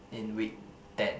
in week ten